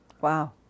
Wow